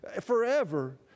forever